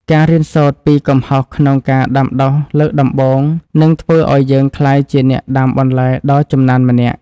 ការរៀនសូត្រពីកំហុសក្នុងការដាំដុះលើកដំបូងនឹងធ្វើឱ្យយើងក្លាយជាអ្នកដាំបន្លែដ៏ចំណានម្នាក់។